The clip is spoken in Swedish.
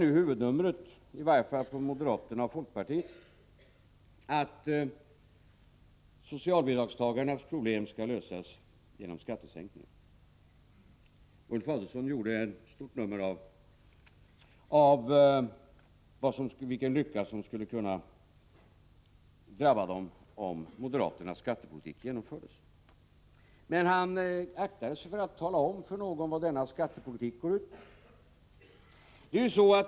Huvudnumret är nu, i varje fall för moderata samlingspartiet och folkpartiet, att socialbidragstagarnas problem skall lösas genom skattesänkningar. Ulf Adelsohn gjorde ett stort nummer av vilken lycka som skulle vederfaras dem om moderaternas skattepolitik genomfördes. Men han aktade sig för att tala om för någon vad denna skattepolitik går ut på.